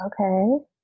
Okay